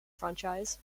franchise